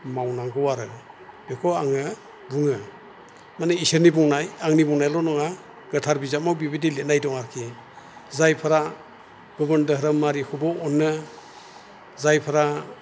मावनांगौ आरो बेखौ आङो बुङो मानि इसोरनि बुंनाय आंनि बुंनायल' नङा गोथार बिजामाव बेबायदि लिरनाय दं आरखि जायफ्रा गुबुन दोहोरोमारिखौबो अनो जायफ्रा